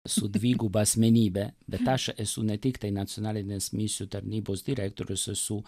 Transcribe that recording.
su dviguba asmenybe bet aš esu ne tiktai nacionalinės misijų tarnybos direktorius esu